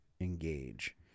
engage